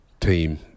team